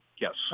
yes